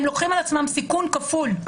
הם לוקחים על עצמם סיכון כפול,